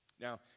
Now